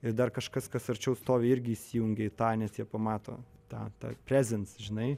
ir dar kažkas kas arčiau stovi irgi įsijungia į tą nes jie pamato tą tą prezens žinai